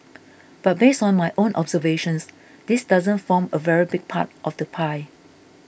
but based on my own observations this doesn't form a very big part of the pie